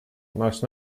most